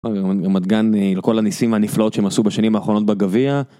רמתגן לכל הניסים והנפלאות שהם עשו בשנים האחרונות בגביע.